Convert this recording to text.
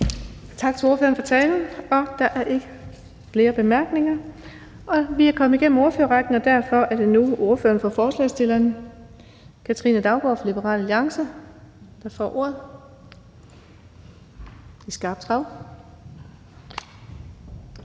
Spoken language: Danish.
Tak til ordføreren for talen. Der er ikke flere korte bemærkninger. Vi er kommet igennem ordførerrækken, og derfor er det nu ordføreren for forslagsstillerne, fru Katrine Daugaard fra Liberal Alliance, der får ordet.